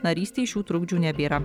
narystei šių trukdžių nebėra